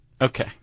Okay